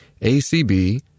ACB